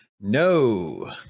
No